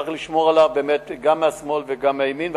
וצריך לשמור עליו באמת גם מהשמאל וגם מהימין,